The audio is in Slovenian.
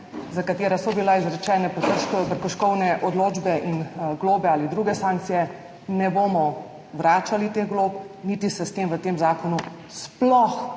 za katera so bila izrečene prekrškovne odločbe in globe ali druge sankcije, ne bomo vračali teh glob, niti se s tem v tem zakonu sploh